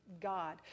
God